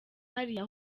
hariya